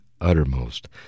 uttermost